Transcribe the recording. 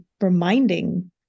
reminding